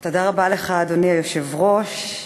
אדוני היושב-ראש,